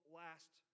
last